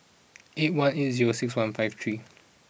eight one eight zero six one five three